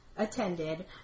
Attended